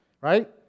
right